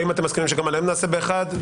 האם אתם מצביעים שנעשה בחד?